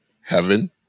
heaven